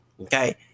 Okay